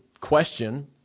question